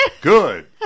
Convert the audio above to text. Good